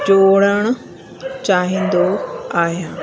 जोड़णु चाहींदो आहियां